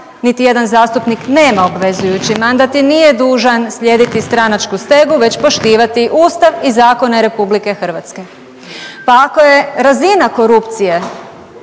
niti jedan zastupnik nema obvezujući mandat i nije dužan slijediti stranačku stegu već poštivati Ustav i zakone Republike Hrvatske. Pa ako je razina korupcije